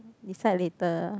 decide later